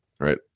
right